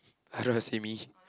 I don't have